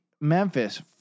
Memphis